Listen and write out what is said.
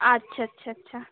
আচ্ছা আচ্ছা আচ্ছা